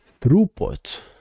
throughput